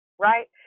right